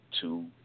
two